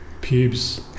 Pubes